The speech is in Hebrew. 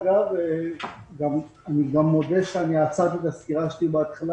אני מודה שעצרתי את הסקירה שלי בהתחלה